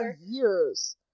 Years